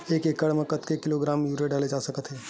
एक एकड़ म कतेक किलोग्राम यूरिया डाले जा सकत हे?